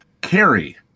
carry